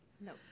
No